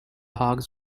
hogs